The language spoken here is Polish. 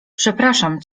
przepraszam